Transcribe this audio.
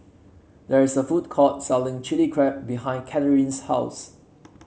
there is a food court selling Chili Crab behind Cathrine's house